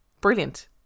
brilliant